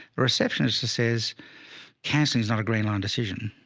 receptionist says canceling is not a green line decision.